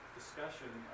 discussion